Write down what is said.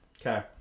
Okay